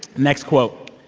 next quote